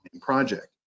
project